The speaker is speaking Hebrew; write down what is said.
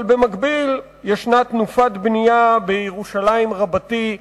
אבל במקביל ישנה תנופת בנייה בירושלים רבתי,